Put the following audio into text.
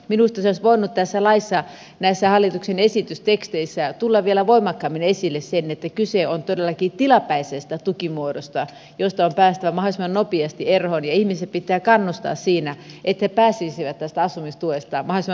minusta se olisi voinut tässä laissa näissä hallituksen esitysteksteissä tulla vielä voimakkaammin esille että kyse on todellakin tilapäisestä tukimuodosta josta on päästävä mahdollisimman nopeasti eroon ja ihmisiä pitää kannustaa siinä että he pääsisivät tästä asumistuesta mahdollisimman nopeasti ohi